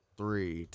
three